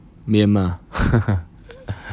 myanmar